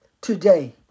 today